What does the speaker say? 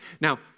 Now